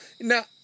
Now